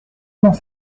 dans